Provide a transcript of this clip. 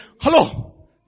Hello